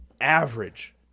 average